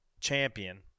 champion